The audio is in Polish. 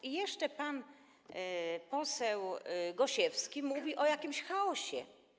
I jeszcze pan poseł Gosiewski mówi o jakimś chaosie.